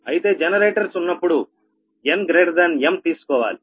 అయితే జనరేటర్స్ ఉన్నప్పుడు nm తీసుకోవాలి